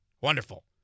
Wonderful